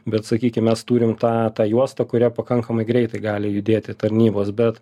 bet sakykim mes turim tą tą juostą kuria pakankamai greitai gali judėti tarnybos bet